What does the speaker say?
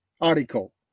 article